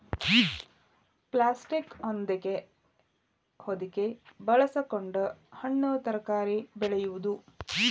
plastic ಹೊದಿಕೆ ಬಳಸಕೊಂಡ ಹಣ್ಣು ತರಕಾರಿ ಬೆಳೆಯುದು